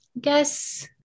guess